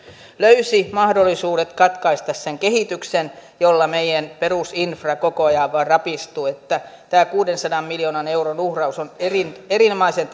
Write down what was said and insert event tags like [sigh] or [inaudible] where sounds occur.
löysi mahdollisuudet katkaista sen kehityksen jolla meidän perusinframme koko ajan vain rapistuu tämä kuudensadan miljoonan euron uhraus on erinomaisen [unintelligible]